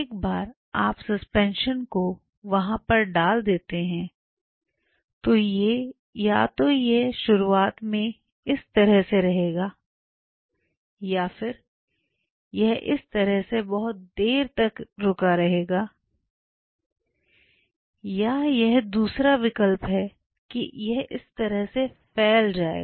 एक बार आप सस्पेंशन को वहां पर डाल देते हैं तो या तो यह शुरुआत में इस तरह से रहेगा या फिर यह इस तरह से बहुत देर तक रहेगा यह एक दूसरा विकल्प यह है कि इस तरह से फैल जाएगा